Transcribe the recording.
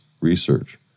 research